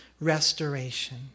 restoration